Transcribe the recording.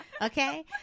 okay